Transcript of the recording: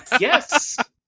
Yes